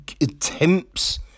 attempts